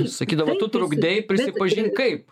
sakydavo tu trukdei prisipažink kaip